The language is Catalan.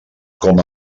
com